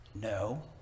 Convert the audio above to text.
No